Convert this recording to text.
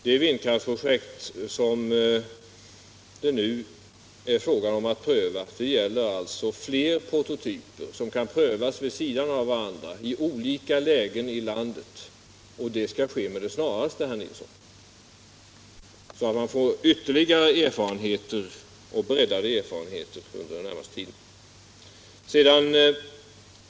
Det vindkraftsprojekt som det nu är fråga om gäller flera prototyper som kan prövas vid sidan av varandra i olika lägen i landet, och det skall ske med det snaraste, herr Nilsson, så att man får ytterligare och breddade erfarenheter under den närmaste tiden.